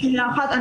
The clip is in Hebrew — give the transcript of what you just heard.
זאת אומרת, אני